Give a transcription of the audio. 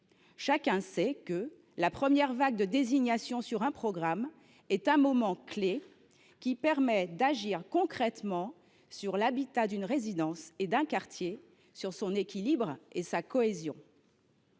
Chacun sait que la première vague de désignations sur un programme est un moment clef qui permet d’agir concrètement sur l’habitat d’une résidence et d’un quartier, sur son équilibre et sa cohésion.